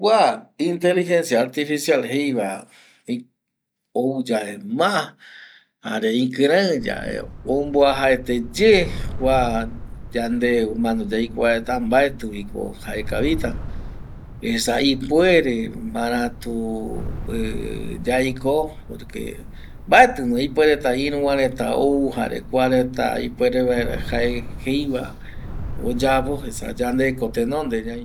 Kua inteligencia artificial jei va ou yave ma jare ikirei yave ou ombuajaete ye kua yande humano yaiko va reta mbaeti vi ko jaekavita, esa ipuere maratu yaiko, porque mbaeti no ipuereta iru va reta ou jare kua reta ipuere vaera jae jeiva oyapo esa yande ko tenonde ñai